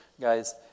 Guys